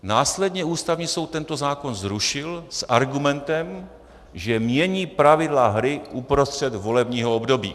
Následně Ústavní soud tento zákon zrušil s argumentem, že mění pravidla hry uprostřed volebního období.